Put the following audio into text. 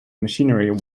machinery